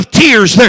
tears